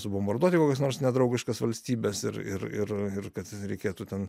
subombarduoti kokias nors nedraugiškas valstybes ir ir ir kad reikėtų ten